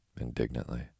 indignantly